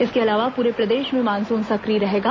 इसके अलावा पूरे प्रदेश में मानसून सक्रिय रहेगा